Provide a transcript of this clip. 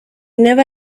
never